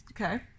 Okay